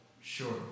Sure